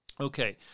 Okay